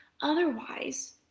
Otherwise